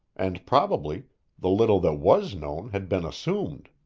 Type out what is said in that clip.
and probably the little that was known had been assumed.